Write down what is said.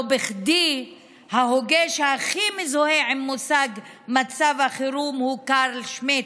לא בכדי ההוגה שהכי מזוהה עם מושג מצב החירום הוא קרל שמיט,